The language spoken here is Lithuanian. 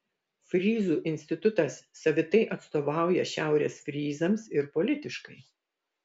fryzų institutas savitai atstovauja šiaurės fryzams ir politiškai